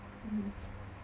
mm